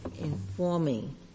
informing